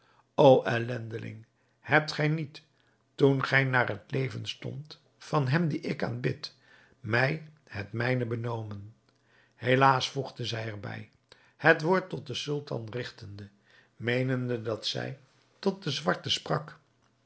o ellendeling hebt gij niet toen gij naar het leven stond van hem dien ik aanbid mij het mijne benomen helaas voegde zij er bij het woord tot den sultan rigtende meenende dat zij tot den zwarte sprak